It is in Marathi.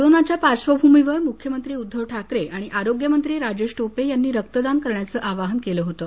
कोरोनाच्या पार्श्वभूमीवर मुख्यमंत्री उद्दव ठाकरे आणि आरोग्यमंत्री राजेश टोपे यांनी रक्तदान करण्याचं आवाहन केलं होतं